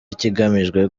ikigamijwe